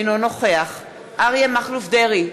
אינו נוכח אריה מכלוף דרעי,